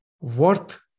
worth